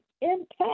impact